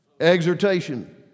Exhortation